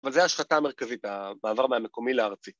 אבל זה ההשחטה המרכזית, המעבר מהמקומי לארצי.